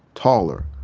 taller,